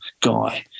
guy